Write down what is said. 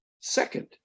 second